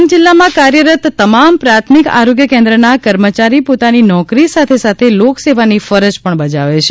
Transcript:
ડાંગ જિલ્લામાં કાર્યરત તમામ પ્રાથમિક આરોગ્ય કેન્દ્રના કર્મચારી પોતાની નોકરી સાથે સાથે લોકસેવાની ફરજ પણ બજાવે છે